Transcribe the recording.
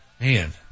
Man